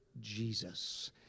Jesus